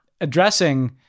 addressing